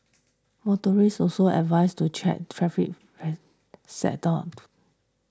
motorists also advised to check traffic set off